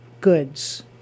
goods